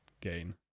gain